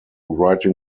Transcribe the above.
writing